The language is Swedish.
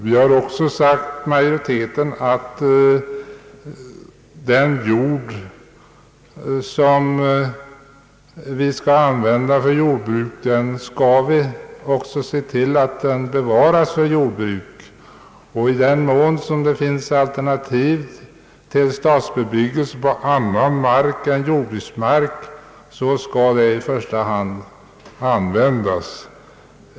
Utskottets majoritet har också sagt att den jord som skall användas för livsmedelsproduktion bör bevaras. I den mån det finns alternativ till stadsbebyggelse på annan mark än jordbruksmark skall den i första hand användas.